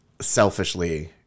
selfishly